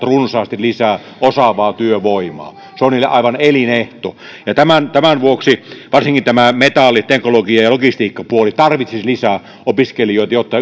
runsaasti lisää osaavaa työvoimaa se on niille aivan elinehto tämän tämän vuoksi varsinkin metalli teknologia ja logistiikkapuoli tarvitsisivat lisää opiskelijoita jotta